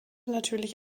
natürlich